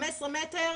15 מטר,